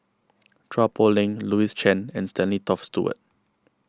Chua Poh Leng Louis Chen and Stanley Toft Stewart